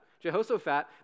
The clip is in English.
Jehoshaphat